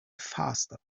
faster